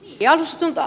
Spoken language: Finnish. arvoisa puhemies